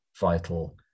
vital